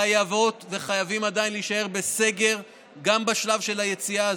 חייבות וחייבים עדיין להישאר בסגר גם בשלב של היציאה.